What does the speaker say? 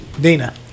Dina